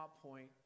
point